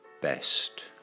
best